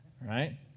right